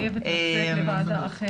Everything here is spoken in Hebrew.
יש שם קבוצה שאיגדה את האנשים מכל הארץ.